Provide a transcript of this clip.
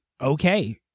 Okay